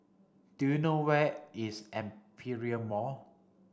do you know where is Aperia Mall